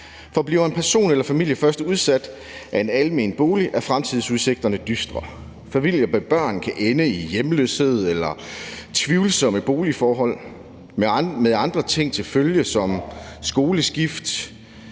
For bliver en person eller en familie først udsat af en almen bolig, er fremtidsudsigterne dystre. Familier med børn kan ende i hjemløshed eller med tvivlsomme boligforhold med andre ting til følge som skoleskift,